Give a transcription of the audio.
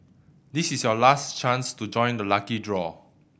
this is your last chance to join the lucky draw